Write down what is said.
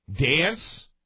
dance